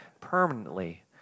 permanently